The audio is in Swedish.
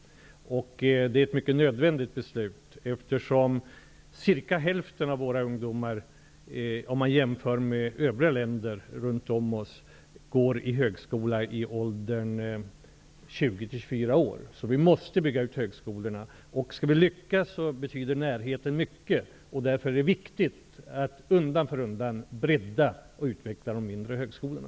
Det var ett nödvändigt beslut, eftersom ca hälften av våra ungdomar i åldern 20-24 år går i högskola. Vi måste därför bygga ut högskolorna. För att lyckas med det betyder närheten mycket. Därför är det viktigt att undan för undan bredda och utveckla de mindre högskolorna.